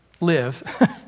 live